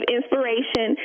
Inspiration